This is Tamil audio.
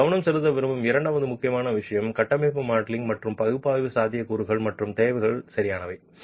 நான் கவனம் செலுத்த விரும்பும் இரண்டாவது முக்கியமான விஷயம் கட்டமைப்பு மாடலிங் மற்றும் பகுப்பாய்வின் சாத்தியக்கூறுகள் மற்றும் தேவைகள் சரியானது